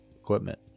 equipment